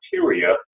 criteria